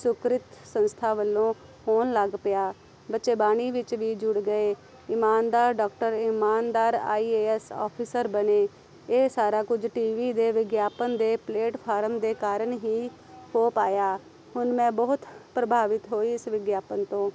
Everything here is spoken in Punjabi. ਸੁਕਰਿਤ ਸੰਸਥਾ ਵੱਲੋਂ ਹੋਣ ਲੱਗ ਪਿਆ ਬੱਚੇ ਬਾਣੀ ਵਿੱਚ ਵੀ ਜੁੜ ਗਏ ਇਮਾਨਦਾਰ ਡਾਕਟਰ ਇਮਾਨਦਾਰ ਆਈ ਏ ਐੱਸ ਔਫਿਸਰ ਬਣੇ ਇਹ ਸਾਰਾ ਕੁਝ ਟੀ ਵੀ ਦੇ ਵਿਗਿਆਪਨ ਦੇ ਪਲੇਟਫਾਰਮ ਦੇ ਕਾਰਨ ਹੀ ਹੋ ਪਾਇਆ ਹੁਣ ਮੈਂ ਬਹੁਤ ਪ੍ਰਭਾਵਿਤ ਹੋਈ ਇਸ ਵਿਗਿਆਪਨ ਤੋਂ